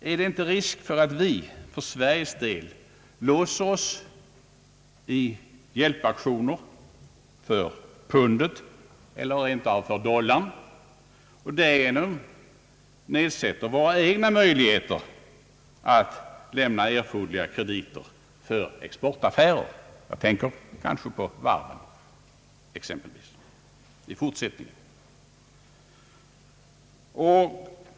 är det inte risk för att vi för Sveriges del låser oss i hjälpaktioner för pundet eller rent av för dollarn och därigenom nedsätter våra egna möjligheter att lämna erforderliga krediter för exportaffärer? Jag tänker exempelvis på varven.